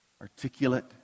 articulate